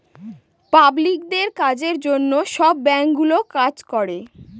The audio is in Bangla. পাবলিকদের কাজের জন্য সব ব্যাঙ্কগুলো কাজ করে